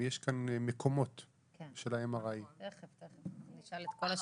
יש מקומות של MRI. תכף נשאל את כל השאלות.